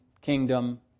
kingdom